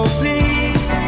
please